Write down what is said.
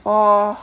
for